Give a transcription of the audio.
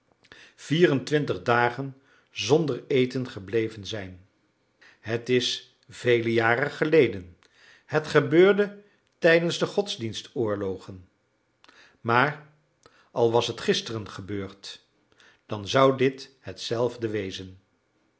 vier-en-twintig dagen zonder eten gebleven zijn het is vele jaren geleden het gebeurde tijdens de godsdienstoorlogen maar al was het gisteren gebeurd dan zou dit hetzelfde wezen